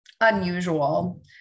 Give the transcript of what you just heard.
unusual